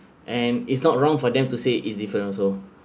and it's not wrong for them to say is different also